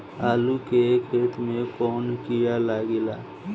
आलू के खेत मे कौन किड़ा लागे ला?